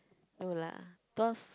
no lah twelve